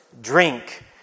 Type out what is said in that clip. drink